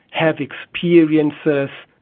have experiences,